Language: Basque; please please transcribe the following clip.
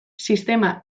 sistema